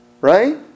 right